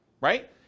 right